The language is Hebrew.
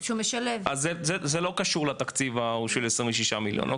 אז זה לא קשור לתקציב ההוא של 26 מיליון?